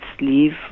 leave